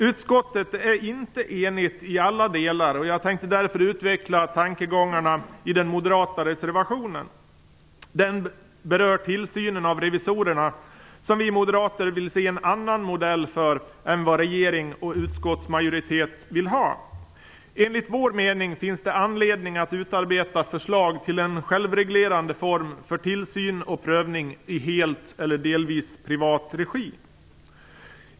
Utskottet är inte enigt i alla delar. Jag tänkte därför utveckla tankegångarna i den moderata reservationen. Den berör tillsynen av revisorerna, som vi moderater vill se en annan modell för än vad regering och utskottsmajoritet vill ha. Enligt vår mening finns det anledning att utarbeta förslag till en självreglerande form för tillsyn och prövning helt eller delvis i privat regi.